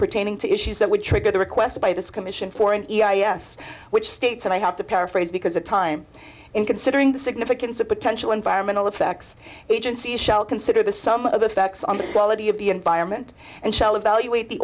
pertaining to issues that would trigger the request by this commission for an i a s which states and i have to paraphrase because a time in considering the significance of potential environmental effects agency shall consider the sum of the facts on the quality of the environment and shall evaluate the